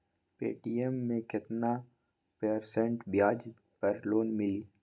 Paytm मे केतना percent ब्याज पर लोन मिली?